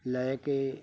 ਲੈ ਕੇ